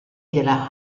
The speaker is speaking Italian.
della